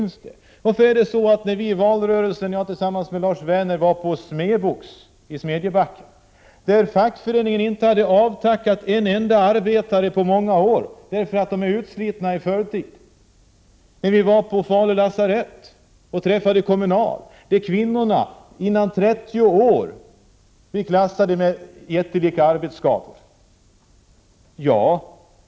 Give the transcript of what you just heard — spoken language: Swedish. När jag under valrörelsen tillsammans med Lars Werner besökte Swe-Box i Smedjebacken, kunde vi konstatera att fackföreningen inte haft tillfälle att avtacka en enda arbetare på många år därför att arbetarna är utslitna i förtid. Vi var också på Falu lasarett och träffade Kommunal, och vi fann att kvinnorna före 30 års ålder klassas med jättelika arbetsskador.